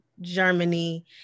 Germany